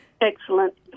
Excellent